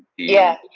yeah.